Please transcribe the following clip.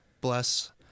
Bless